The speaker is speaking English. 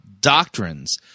doctrines